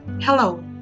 Hello